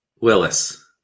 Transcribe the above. Willis